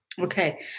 Okay